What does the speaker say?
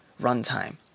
runtime